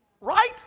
right